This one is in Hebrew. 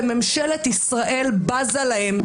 שממשלת ישראל בזה להם,